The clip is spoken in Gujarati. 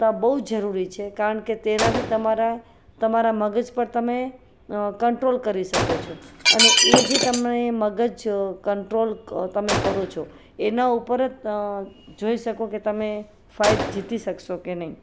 તા બહુ જ જરૂરી છે કારણ કે તેનાથી તમારા તમારા મગજ પર તમે કંટ્રોલ કરી શકો છો અને એ જે તમે મગજ કંટ્રોલ તમે કરો છો એના ઉપર જ જોઈ શકો કે તમે ફાઇટ જીતી શકશો કે નહીં